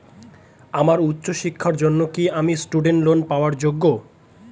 আমার উচ্চ শিক্ষার জন্য কি আমি স্টুডেন্ট লোন পাওয়ার যোগ্য?